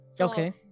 Okay